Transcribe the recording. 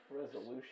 Resolution